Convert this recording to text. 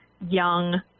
young